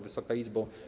Wysoka Izbo!